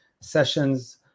sessions